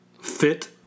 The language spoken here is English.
fit